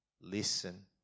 listen